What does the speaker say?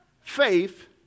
faith